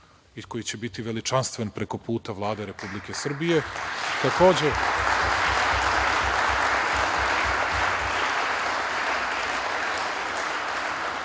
koji će biti veličanstven, preko puta Vlade Republike Srbije. Kada